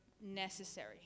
necessary